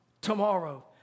tomorrow